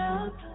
up